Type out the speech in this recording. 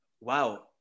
Wow